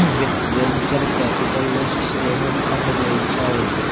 venture capitalist सेहो fund देइ छइ